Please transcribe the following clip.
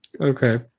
Okay